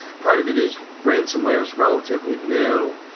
part of it is ransomware is relatively new,